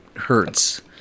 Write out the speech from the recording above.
hurts